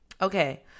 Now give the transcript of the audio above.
Okay